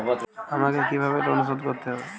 আমাকে কিভাবে লোন শোধ করতে হবে?